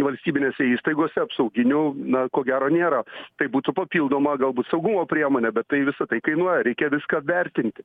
valstybinėse įstaigose apsauginių na ko gero nėra tai būtų papildoma galbūt saugumo priemonė bet tai visa tai kainuoja reikia viską vertinti